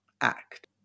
act